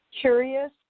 curious